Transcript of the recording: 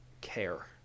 care